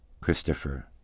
Christopher